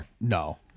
No